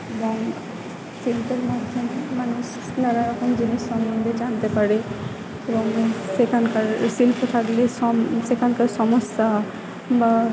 এবং শিল্পের মাধ্যমে মানুষ নানা রকম জিনিস সম্বন্ধে জানতে পারে এবং সেখানকার শিল্প থাকলে সেখানকার সমস্যা বা